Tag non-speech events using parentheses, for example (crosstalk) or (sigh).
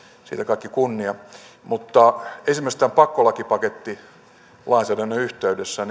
siitä kaikki kunnia mutta oletteko huomannut esimerkiksi tämän pakkolakipakettilainsäädännön yhteydessä (unintelligible)